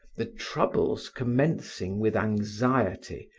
the troubles commencing with anxiety,